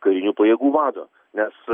karinių pajėgų vado nes